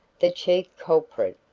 the chief culprit,